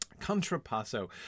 contrapasso